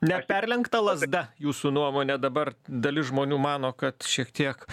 neperlenkta lazda jūsų nuomone dabar dalis žmonių mano kad šiek tiek